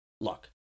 look